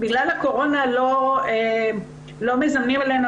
בגלל הקורונה אנחנו לא מזמנים אלינו.